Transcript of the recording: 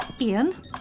Ian